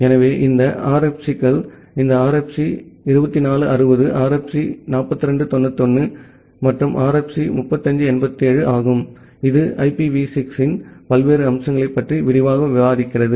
எனவே இந்த RFC கள் இந்த RFC 2460 RFC 4291 மற்றும் RFC 3587 ஆகும் இது IPv6 இன் பல்வேறு அம்சங்களைப் பற்றி விரிவாக விவாதிக்கிறது